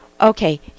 Okay